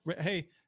Hey